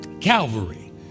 Calvary